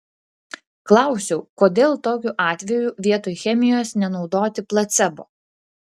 klausiau kodėl tokiu atveju vietoj chemijos nenaudoti placebo